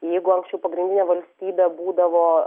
jeigu anksčiau pagrindinė valstybė būdavo